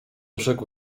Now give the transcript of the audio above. rzekł